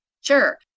Sure